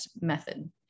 method